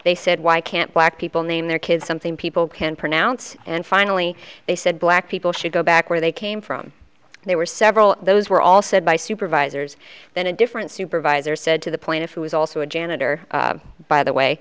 they said why can't black people name their kids something people can't pronounce and finally they said black people should go back where they came from there were several those were all said by supervisors then a different supervisor said to the plaintiff who is also a janitor by the way